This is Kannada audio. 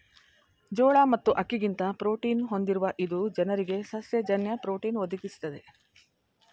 ಜೋಳ ಮತ್ತು ಅಕ್ಕಿಗಿಂತ ಪ್ರೋಟೀನ ಹೊಂದಿರುವ ಇದು ಜನರಿಗೆ ಸಸ್ಯ ಜನ್ಯ ಪ್ರೋಟೀನ್ ಒದಗಿಸ್ತದೆ